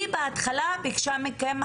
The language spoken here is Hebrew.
היא בהתחלה ביקשה מכם,